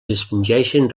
distingeixen